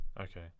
Okay